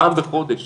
פעם בחודש